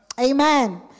Amen